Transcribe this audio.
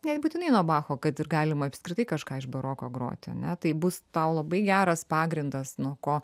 nebūtinai nuo bacho kad ir galima apskritai kažką iš baroko groti ane tai bus tau labai geras pagrindas nuo ko